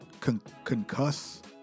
Concuss